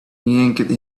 yanked